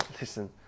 listen